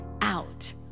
out